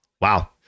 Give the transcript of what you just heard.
Wow